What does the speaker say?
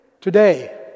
today